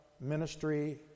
ministry